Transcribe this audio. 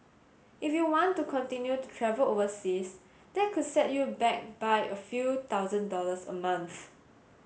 if you want to continue to travel overseas that could set you back by a few thousand dollars a month